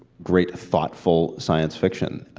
great, thoughtful science fiction.